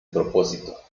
propósito